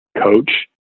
coach